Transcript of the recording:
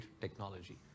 technology